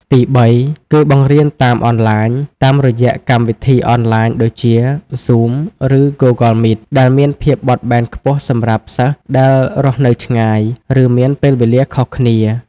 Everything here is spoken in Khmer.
ទីបី គឺបង្រៀនតាមអនឡាញ តាមរយៈកម្មវិធីអនឡាញដូចជា Zoom ឬ Google Meet ដែលមានភាពបត់បែនខ្ពស់សម្រាប់សិស្សដែលរស់នៅឆ្ងាយ ឬមានពេលវេលាខុសគ្នា។